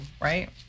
right